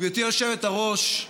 גברתי היושבת-ראש,